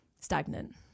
stagnant